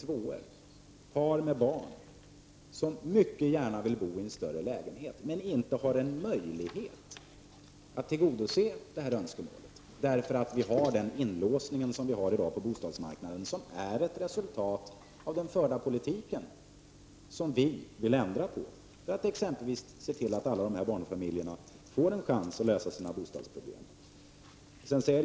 Det är par med barn som mycket gärna vill bo i en större lägenhet, men de har ingen möjlighet att få sitt önskemål tillgodosett till följd av den inlåsning som i dag finns på bostadsmarknaden och som är ett resultat av den förda politiken. Den vill vi moderater ändra på för att se till att alla dessa barnfamiljer får en chans att lösa sina bostadsproblem.